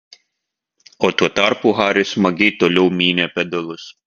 o tuo tarpu haris smagiai toliau mynė pedalus